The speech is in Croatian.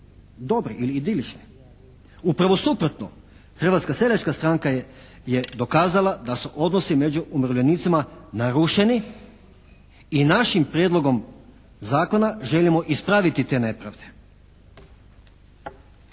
dobri ili idilični. Upravo suprotno, Hrvatska seljačka stranka je dokazala da su odnosi među umirovljenicima narušeni i našim prijedlogom zakona želimo ispraviti te nepravde.